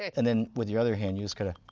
and then with your other hand, you just got to,